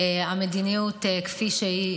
שבינתיים המדיניות היא כפי שהיא.